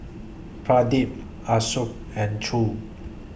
Pradip Ashoka and Choor